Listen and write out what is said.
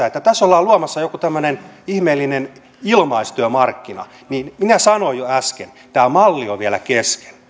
että tässä ollaan luomassa joku ihmeellinen ilmaistyömarkkina minä sanoin jo äsken että tämä malli on vielä kesken